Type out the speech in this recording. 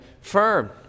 firm